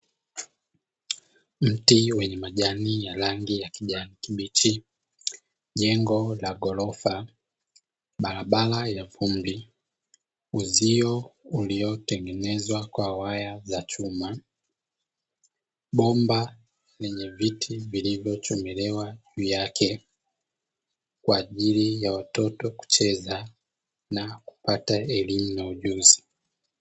Mti wenye majani ya rangi ya kijani kibichi. Jengo la ghorofa, barabara ya vumbi, uzio uliotengenezwa kwa waya za chuma, bomba lenye viti vilivyochomelewa juu yake, kwa ajili ya watoto kucheza na kupata elimu na ujuzi.